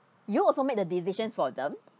you will also make the decisions for them